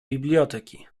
biblioteki